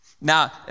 Now